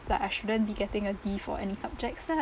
like I shouldn't be getting a D for any subjects ah